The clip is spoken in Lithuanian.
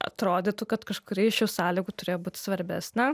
atrodytų kad kažkuri iš šių sąlygų turėjo būt svarbesnė